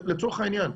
לצורך העניין,